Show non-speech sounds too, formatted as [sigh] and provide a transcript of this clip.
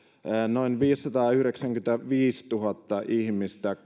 noin viisisataayhdeksänkymmentäviisituhatta ihmistä [unintelligible]